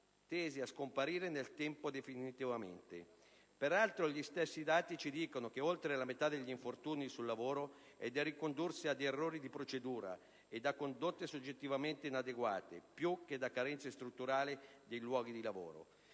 tesi a scomparire nel tempo definitivamente. Peraltro, gli stessi dati ci dicono che oltre la metà degli infortuni sul lavoro è da ricondursi ad errori di procedura ed a condotte soggettivamente inadeguate più che a carenze strutturali degli ambienti di lavoro.